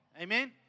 Amen